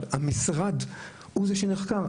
המשרד, הוא זה שנחקר.